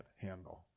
handle